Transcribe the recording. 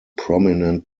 prominent